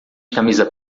camisa